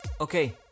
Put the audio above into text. Okay